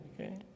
Okay